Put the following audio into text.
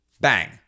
bang